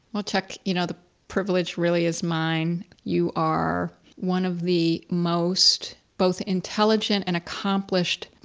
well, chuck, you know, the privilege really is mine. you are one of the most, both intelligent and accomplished,